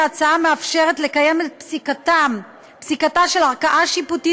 ההצעה מאפשרת לקיים את פסיקתה של ערכאה שיפוטית